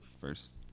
first